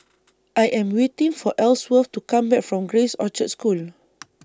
I Am waiting For Elsworth to Come Back from Grace Orchards School